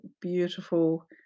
beautiful